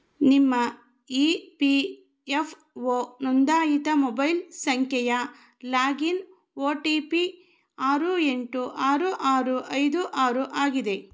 ನಿಮ್ಮ E P F O ನೋಂದಾಯಿತ mobile ಸಂಖ್ಯೆಯ ಲಾಗಿನ್ ಒ ಟಿ ಪಿ ಆರು ಎಂಟು ಆರು ಆರು ಐದು ಆರು ಆಗಿದೆ